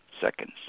seconds